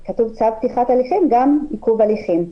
שבו כתוב "צו פתיחת הליכים" או גם עיכוב הליכים,